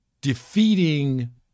defeating